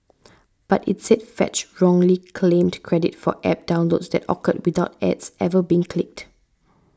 but it said Fetch wrongly claimed credit for App downloads that occurred without ads ever being clicked